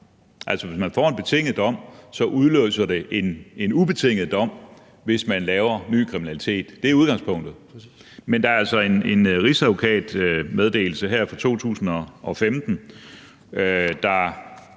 Hvis man får en betinget dom, udløser det en ubetinget dom, hvis man laver ny kriminalitet. Det er udgangspunktet. Men der er altså en rigsadvokatmeddelelse her fra 2015, der